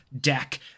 deck